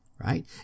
right